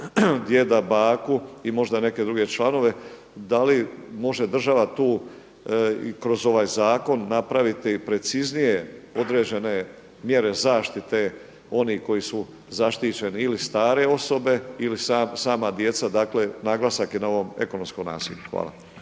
djeda, baku i možda neke druge članove? Da li može država tu i kroz ovaj zakon napraviti preciznije određene mjere zaštite onih koji su zaštićeni ili stare osobe ili sama djeca? Dakle naglasak je na ovom ekonomskom nasilju. Hvala.